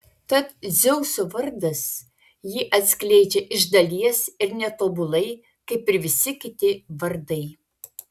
tad dzeuso vardas jį atskleidžia iš dalies ir netobulai kaip ir visi kiti vardai